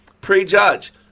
Prejudge